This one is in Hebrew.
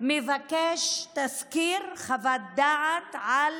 הוא מבקש תזכיר, חוות דעת, על